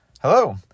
Hello